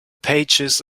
pages